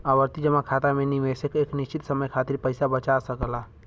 आवर्ती जमा खाता में निवेशक एक निश्चित समय खातिर पइसा बचा सकला